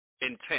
intent